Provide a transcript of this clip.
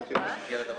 אל תדאג.